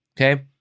Okay